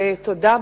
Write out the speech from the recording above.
ותודה,